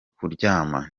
kuryama